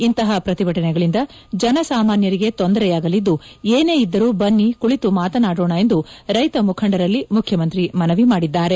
ಇಂತಹ ಪ್ರತಿಭಟನೆಗಳಿಂದ ಜನಸಾಮಾನ್ಯರಿಗೆ ತೊಂದರೆಯಾಗಲಿದ್ದು ಏನೇ ಇದ್ದರೂ ಬನ್ನಿ ಕುಳಿತು ಮಾತನಾಡೋಣ ಎಂದು ರೈತ ಮುಖಂಡರಲ್ಲಿ ಮುಖ್ಯಮಂತ್ರಿ ಮನವಿ ಮಾಡಿದ್ದಾರೆ